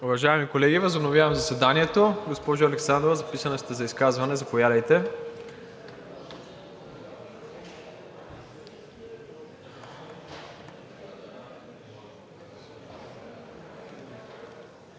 Уважаеми колеги, възобновявам заседанието. Госпожо Александрова, записана сте за изказване, заповядайте.